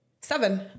seven